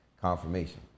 confirmation